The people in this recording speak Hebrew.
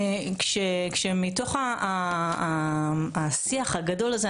כשמתוך השיח הגדול הזה,